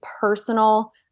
personal